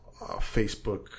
Facebook